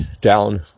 down